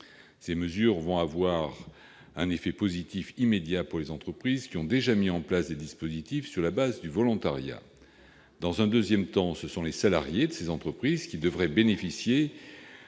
Ces mesures vont avoir un effet positif immédiat pour les entreprises qui ont déjà mis en place des dispositifs sur la base du volontariat. Dans un deuxième temps, les salariés de ces entreprises devraient bénéficier